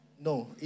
no